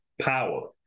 power